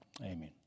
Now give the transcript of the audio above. Amen